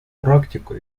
практику